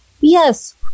Yes